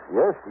yes